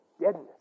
deadness